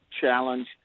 challenge